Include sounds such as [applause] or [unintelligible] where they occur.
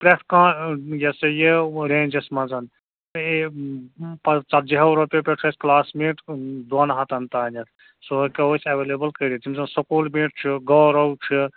پرٛٮ۪تھ کانٛہہ یہِ ہسا یہِ رینٛجَس منٛز [unintelligible] پَتہٕ ژَتجِہو رۄپیو پٮ۪ٹھ چھُ اَسہِ کٕلاسمیٹ دۄن ہَتَن تانٮ۪تھ سُہ ہیٚکو أسۍ ایولیبل کٔرِتھ یِم زَن سکوٗل میٹ چھِ گٲرَو چھِ